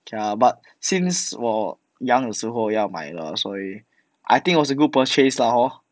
okay lah but since 我 young 的时候要买了所以 I think also good purchase lah hor